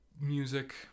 music